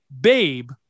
babe